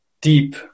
deep